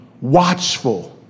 watchful